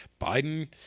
Biden